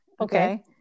okay